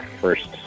first